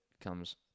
comes